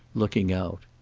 looking out.